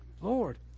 Lord